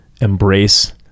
embrace